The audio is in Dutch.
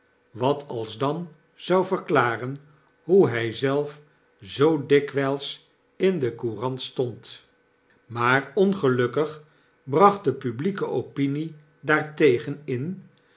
wat alsdan zou verklaren hoe hy zelf zoo dikwgls in de courant stond maar ongelukkig bracht de publieke opinie daartegen in